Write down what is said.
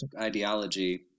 ideology